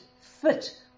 fit